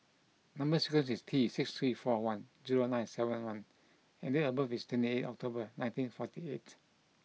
number sequence is T six three four one zero nine seven one and date of birth is twenty eight October nineteen forty eight